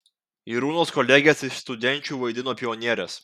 irūnos kolegės iš studenčių vaidino pionieres